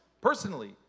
Personally